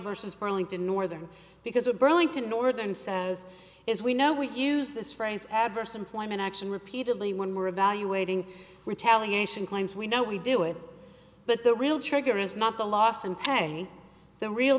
vs burlington northern because a burlington northern says is we know we use this phrase adverse employment action repeatedly when more evaluating retaliation claims we know we do it but the real trigger is not the loss and pray the real